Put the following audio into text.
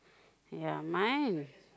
ya mine